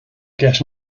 get